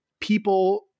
people